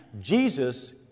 Jesus